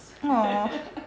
!aww!